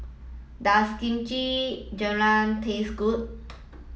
does Kimchi taste good